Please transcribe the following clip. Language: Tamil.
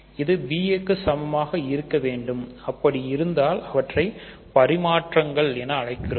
இது ba க்கு சமமாக இருக்க வேண்டும் அப்படியிருந்தால் அவற்றை பரிமாற்றங்கள் என அழைக்கிறோம்